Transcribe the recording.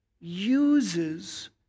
uses